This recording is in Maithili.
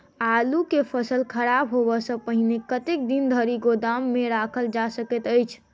आलु केँ फसल खराब होब सऽ पहिने कतेक दिन धरि गोदाम मे राखल जा सकैत अछि?